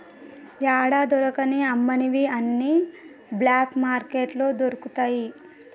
యాడా దొరకని అమ్మనివి అన్ని బ్లాక్ మార్కెట్లో దొరుకుతయి